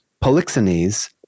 polixenes